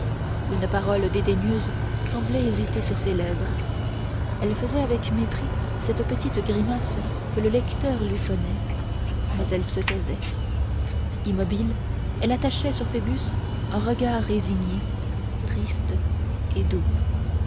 une parole dédaigneuse semblait hésiter sur ses lèvres elle faisait avec mépris cette petite grimace que le lecteur lui connaît mais elle se taisait immobile elle attachait sur phoebus un regard résigné triste et doux